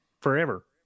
forever